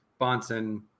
Bonson